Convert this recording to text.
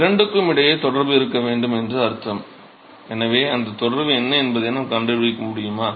இரண்டுக்கும் இடையே தொடர்பு இருக்க வேண்டும் என்று அர்த்தம் எனவே அந்த தொடர்பு என்ன என்பதை நாம் கண்டுபிடிக்க முடியுமா